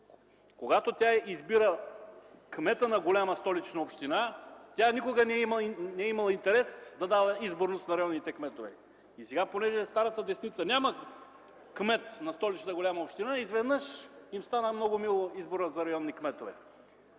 когато избира кмета на голяма Столична община, тя никога не е имала интерес да дава изборност на районните кметове. Понеже старата десница няма кмет на Столична голяма община и изведнъж им стана много мил изборът за районните кметове.